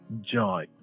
joy